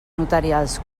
notarials